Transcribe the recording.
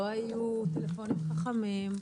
לא היו טלפונים חכמים,